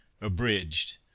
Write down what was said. abridged